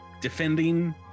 defending